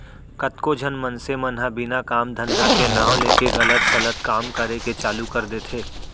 कतको झन मनसे मन ह बिना काम धंधा के नांव लेके गलत सलत काम करे के चालू कर देथे